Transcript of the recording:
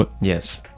Yes